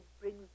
brings